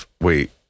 wait